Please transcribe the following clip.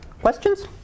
Questions